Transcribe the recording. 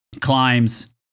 climbs